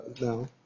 no